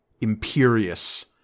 imperious